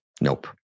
Nope